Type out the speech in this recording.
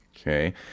okay